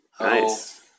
Nice